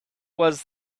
was